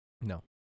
No